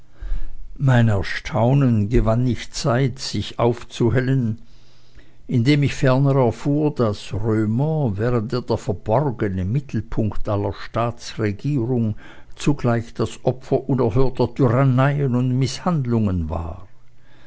mein erstaunen gewann nicht zeit sich aufzuhellen indem ich ferner erfuhr daß römer während er der verborgene mittelpunkt aller staatsregierungen zugleich das opfer unerhörter tyranneien und mißhandlungen war